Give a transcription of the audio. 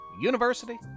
University